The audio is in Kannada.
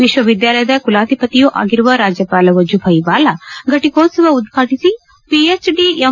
ವಿಶ್ವವಿದ್ದಾಲಯದ ಕುಲಾಧಿಪತಿಯೂ ಆಗಿರುವ ರಾಜ್ಯಪಾಲ ವಝುಬಾಯಿವಾಲ ಫಟಿಕೋತ್ಸವ ಉದ್ವಾಟಿಸಿ ಪಿಹೆಚ್ಡಿ ಎಂ